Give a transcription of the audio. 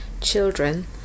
children